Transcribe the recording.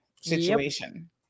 situation